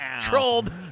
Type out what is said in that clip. Trolled